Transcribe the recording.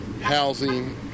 housing